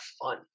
fun